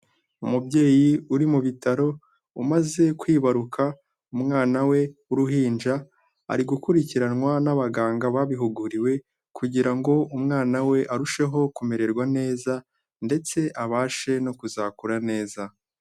Umubyeyi uri mu bitaro umaze kwibaruka umwana we w'uruhinja, ari gukurikiranwa n'abaganga babihuguriwe kugira ngo umwana we arusheho kumererwa neza ndetse abashe no kuzakura neza.